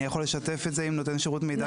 אני יכול לשתף את זה עם נותן שירות מידע פיננסי.